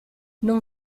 non